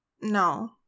No